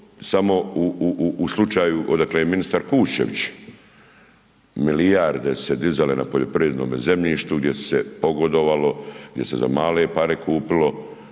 samo u slučaju odakle je ministar Kuščević, milijarde su se dizale na poljoprivrednom zemljištu gdje se je pogodovalo, gdje se za male pare kupilo,